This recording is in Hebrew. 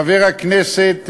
חבר הכנסת